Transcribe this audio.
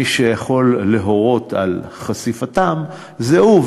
מי שיכול להורות על חשיפתם זה הוא.